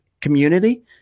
community